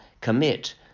commit